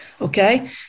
Okay